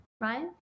right